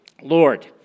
Lord